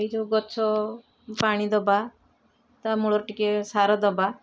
ଏଇ ଯୋଉ ଗଛ ପାଣିଦେବା ତା ମୂଳରେ ଟିକେ ସାର ଦେବା